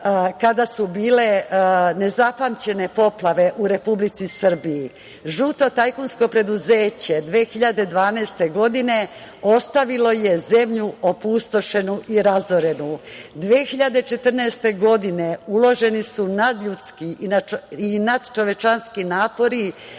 kada su bile nezapamćene poplave u Republici Srbiji. Žuto tajkunsko preduzeće 2012. godine ostavilo je zemlju opustošenu i razorenu. Godine 2014. uloženi su nadljudski i nadčovečanski napori